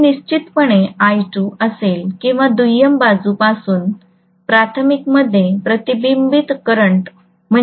तेथे निश्चितपणे I2 असेल किंवा दुय्यम बाजूपासून प्राथमिकमध्ये प्रतिबिंबित करंट असेल